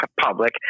public